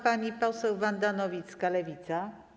Pani poseł Wanda Nowicka, Lewica.